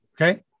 okay